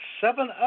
seven